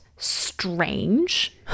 strange